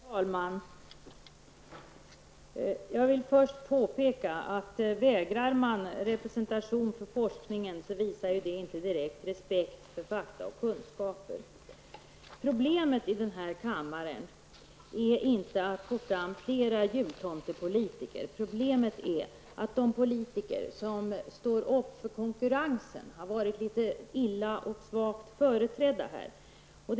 Herr talman! Jag vill först påpeka att om man vägrar representation för forskningen visar det inte direkt respekt för fakta och kunskaper. Problemet i den här kammaren är inte att få fram fler jultomtepolitiker. Problemet är att de som står upp för konkurrensen har varit litet illa och svagt företrädda här.